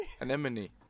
Anemone